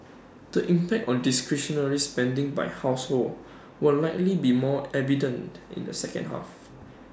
the impact on discretionary spending by households will likely be more evident in the second half